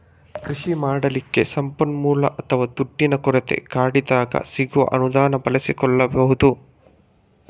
ಕೃಷಿ ಮಾಡ್ಲಿಕ್ಕೆ ಸಂಪನ್ಮೂಲ ಅಥವಾ ದುಡ್ಡಿನ ಕೊರತೆ ಕಾಡಿದಾಗ ಸಿಗುವ ಅನುದಾನ ಬಳಸಿಕೊಳ್ಬಹುದು